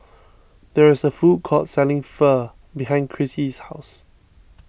there is a food court selling Pho behind Krissy's house